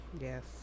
yes